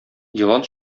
елан